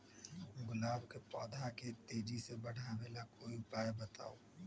गुलाब के पौधा के तेजी से बढ़ावे ला कोई उपाये बताउ?